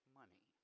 money